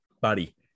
buddy